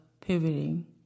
pivoting